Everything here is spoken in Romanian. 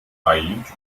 aici